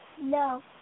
No